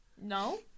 No